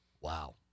Wow